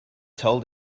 told